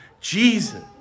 Jesus